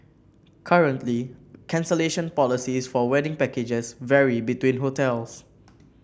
currently cancellation policies for wedding packages vary between hotels